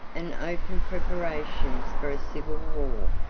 and open preparations for a civil war.